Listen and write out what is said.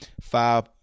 five